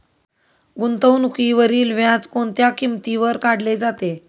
गुंतवणुकीवरील व्याज कोणत्या किमतीवर काढले जाते?